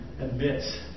admits